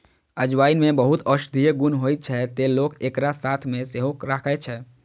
अजवाइन मे बहुत औषधीय गुण होइ छै, तें लोक एकरा साथ मे सेहो राखै छै